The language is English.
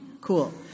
cool